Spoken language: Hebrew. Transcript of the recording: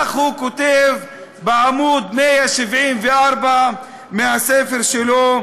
כך הוא כותב בעמוד 174 בספר שלו,